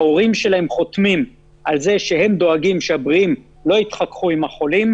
ההורים שלהם חותמים שהם דואגים שהבריאים לא יתחככו עם החולים,